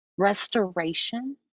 Restoration